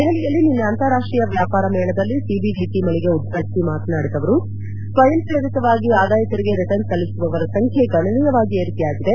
ದೆಹಲಿಯಲ್ಲಿ ನಿನ್ನೆ ಅಂತಾರಾಷ್ಟೀಯ ವ್ಯಾಪಾರ ಮೇಳದಲ್ಲಿ ಸಿಬಿಡಿಟಿ ಮಳಿಗೆ ಉದ್ಘಾಟಿಸಿ ಮಾತನಾಡಿದ ಅವರು ಸ್ವಯಂ ಪ್ರೇರಿತವಾಗಿ ಅದಾಯ ತೆರಿಗೆ ರಿಟರ್ನ್ಬ್ ಸಲ್ಲಿಸುವವರ ಸಂಖ್ಯೆ ಗಣನೀಯವಾಗಿ ಏರಿಕೆಯಾಗಿದೆ